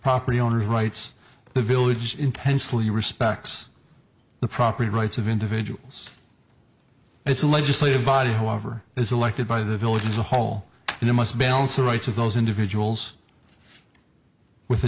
property owner's rights the village intensely respects the property rights of individuals it's a legislative body whoever is elected by the village is a whole and it must balance the rights of those individuals with the